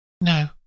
No